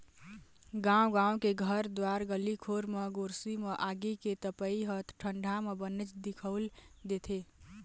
गाँव गाँव के घर दुवार गली खोर म गोरसी म आगी के तपई ह ठंडा म बनेच दिखउल देथे